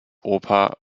oper